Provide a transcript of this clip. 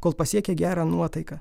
kol pasiekia gerą nuotaiką